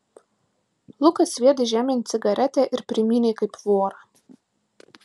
lukas sviedė žemėn cigaretę ir primynė kaip vorą